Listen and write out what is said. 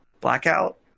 Blackout